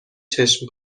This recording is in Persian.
چشم